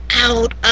out